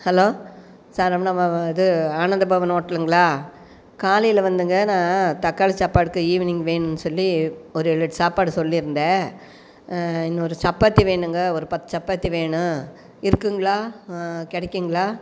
hello Saravana Bhavan இது ஆனந்த பவன் ஹோட்டலுங்களா காலையில் வந்துங்க நான் தக்காளி சாப்பாடுக்கு ஈவினிங் வேணும்னு சொல்லி ஒரு ஏழு எட் சாப்பாடு சொல்லியிருந்தேன் இன்னொரு சப்பாத்தி வேணுங்க ஒரு பத்து சப்பாத்தி வேணும் இருக்குதுங்களா கிடைக்குங்களா